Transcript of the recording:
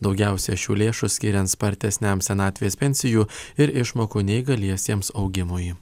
daugiausiai šių lėšų skiriant spartesniam senatvės pensijų ir išmokų neįgaliesiems augimui